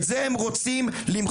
את זה הם רוצים למחוק.